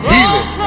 Healing